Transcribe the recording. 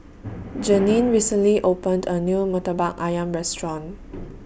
Jeannine recently opened A New Murtabak Ayam Restaurant